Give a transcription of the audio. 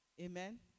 Amen